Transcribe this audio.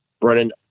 Brennan